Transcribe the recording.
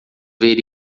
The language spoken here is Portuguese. ver